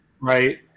right